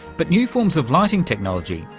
but new forms of lighting technology,